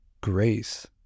grace